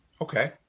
Okay